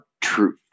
true